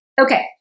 Okay